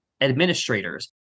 administrators